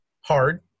hard